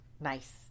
nice